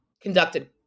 conducted